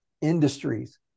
industries